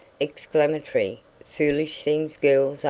exclamatory, foolish things girls